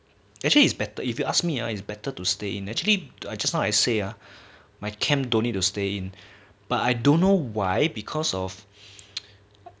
actually it is better if you ask me ah is better to stay in actually I just now say ah my camp don't need to stay in but I don't know why because of